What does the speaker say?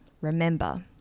Remember